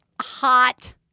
hot